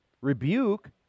rebuke